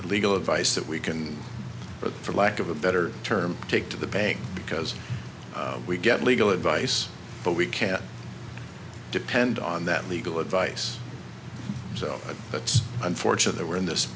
get legal advice that we can but for lack of a better term to take to the bank because we get legal advice but we can't depend on that legal advice so that's unfortunate that we're in this